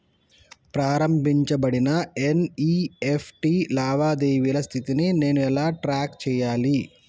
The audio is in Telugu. ప్రారంభించబడిన ఎన్.ఇ.ఎఫ్.టి లావాదేవీల స్థితిని నేను ఎలా ట్రాక్ చేయాలి?